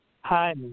Hi